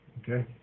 Okay